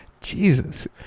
Jesus